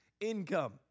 income